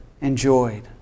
enjoyed